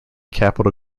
capital